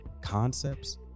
concepts